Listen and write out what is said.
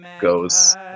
goes